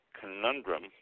Conundrum